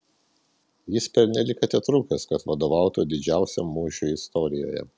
jis pernelyg atitrūkęs kad vadovautų didžiausiam mūšiui istorijoje